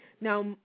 Now